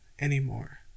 anymore